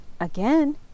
again